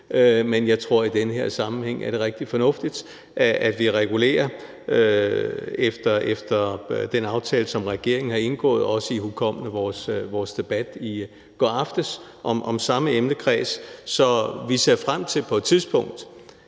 men jeg tror, at det i den her sammenhæng er rigtig fornuftigt, at vi regulerer efter den aftale, som regeringen har indgået, også ihukommende vores debat i går aftes om samme emnekreds. Så vi ser frem til på et tidspunkt,